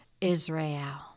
Israel